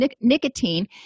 nicotine